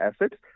assets